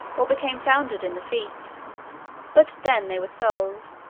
or became foundered in the feet but then they were sold,